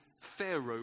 Pharaoh